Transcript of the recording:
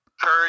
courage